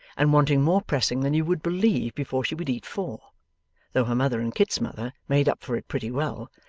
and wanting more pressing than you would believe before she would eat four though her mother and kit's mother made up for it pretty well,